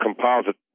composite